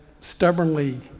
stubbornly